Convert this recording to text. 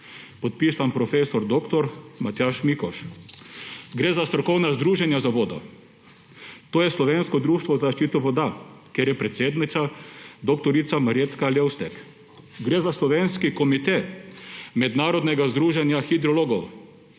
podpisan prof. dr. Matjaž Mikoš. Gre za strokovna združenja za vodo, to je Slovensko društvo za zaščito voda, kjer je predsednica dr. Marjetka Levstek. Gre za Društvo Slovenski komite mednarodnega združenja hidrogeologov,